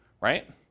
right